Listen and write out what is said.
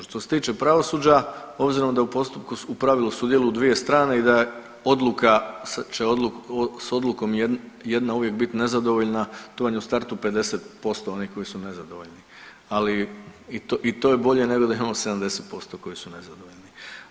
Što se tiče pravosuđa obzirom da u postupku, u pravilu sudjeluju dvije strane i da je odluka će s odlukom jedna uvijek biti nezadovoljna to vam je u startu 50% onih koji su nezadovoljni, ali i to je bolje nego da imamo 70% koji su nezadovoljni.